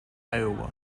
iowa